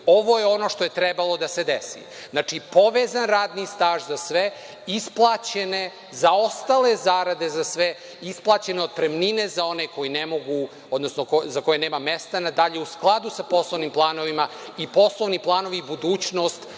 je ono što je trebalo da se desi - znači, povezan radni staž za sve, isplaćene zaostale zarade za sve, isplaćene otpremnine za one koji ne mogu, odnosno za koje nema mesta nadalje u skladu sa poslovnim planovima i poslovni planovi budućnost